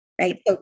right